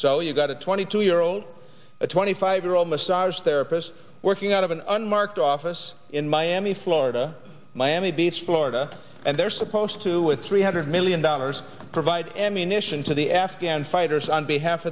so you've got a twenty two year old a twenty five year old massage therapist working out of an unmarked office in miami florida miami beach florida and they're supposed to with three hundred million dollars provide ammunition to the afghan fighters on behalf